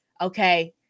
okay